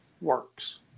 works